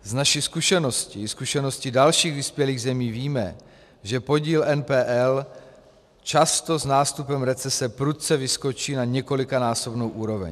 Z naší zkušenosti i ze zkušenosti dalších vyspělých zemí víme, že podíl NPL často s nástupem recese prudce vyskočí na několikanásobnou úroveň.